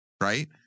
right